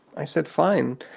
i said, fine,